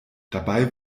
dabei